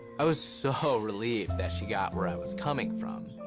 i was so relieved that she got where i was coming from.